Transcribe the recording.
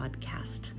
Podcast